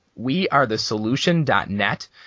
wearethesolution.net